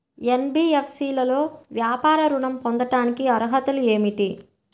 NBFC లో వ్యాపార ఋణం పొందటానికి అర్హతలు ఏమిటీ?